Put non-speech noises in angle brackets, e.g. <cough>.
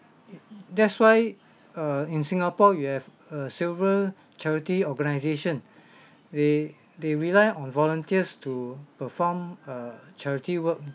that's why err in singapore you have err several charity organisation <breath> they they rely on volunteers to perform err charity work